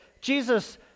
Jesus